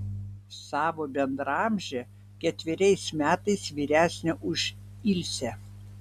savo bendraamžę ketveriais metais vyresnę už ilsę